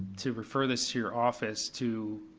to refer this to your office, to,